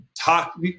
talk